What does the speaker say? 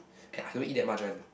and I don't eat that much one ah